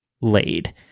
laid